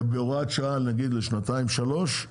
בהוראת שעה, נגיד, לשנתיים שלוש,